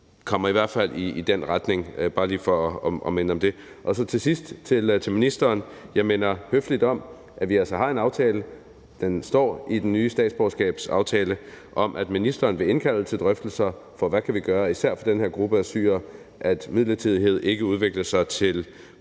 som i hvert fald peger i den retning. Bare lige for at minde om det. Så til sidst vil jeg sige til ministeren: Jeg minder høfligt om, at vi altså har en aftale, nemlig den nye statsborgerskabsaftale, hvor der står, at ministeren vil indkalde til drøftelser om, hvad vi kan gøre især for den her gruppe af syrere, for at midlertidighed ikke udvikler sig til permanent